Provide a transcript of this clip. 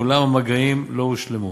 ואולם המגעים לא הושלמו.